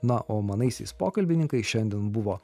na o manaisiais pokalbininkais šiandien buvo